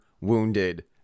wounded